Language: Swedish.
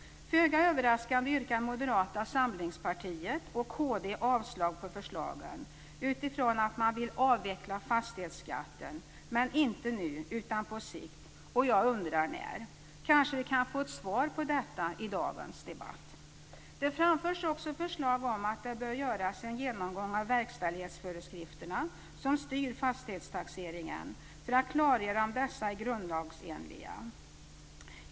Föga överraskande yrkar Moderata samlingspartiet och Kristdemokraterna avslag på förslagen, utifrån att man vill avveckla fastighetsskatten - inte nu, utan på sikt. Jag undrar: När? Kanske vi kan få ett svar på detta i dagens debatt. Det framförs också förslag om att det bör göras en genomgång av verkställighetsföreskrifterna som styr fastighetstaxeringen för att klargöra om dessa är grundlagsenliga.